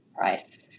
right